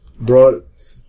brought